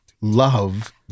love